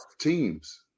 teams